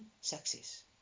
success